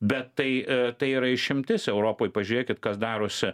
bet tai tai yra išimtis europoj pažiūrėkit kas darosi